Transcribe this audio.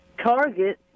target